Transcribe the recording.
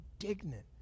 indignant